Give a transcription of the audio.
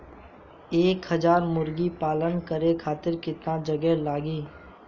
एक हज़ार मुर्गी पालन करे खातिर केतना जगह लागी?